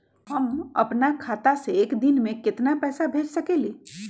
हम अपना खाता से एक दिन में केतना पैसा भेज सकेली?